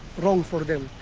wrong for them.